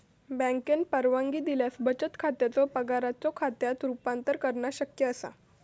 बँकेन परवानगी दिल्यास बचत खात्याचो पगाराच्यो खात्यात रूपांतर करणा शक्य असा